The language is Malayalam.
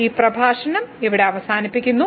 ഈ പ്രഭാഷണം ഇവിടെ അവസാനിപ്പിക്കുന്നു